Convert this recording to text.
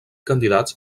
candidats